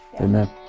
Amen